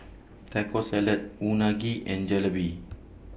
Taco Salad Unagi and Jalebi